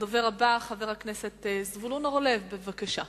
הדובר הבא, חבר הכנסת זבולון אורלב, בבקשה.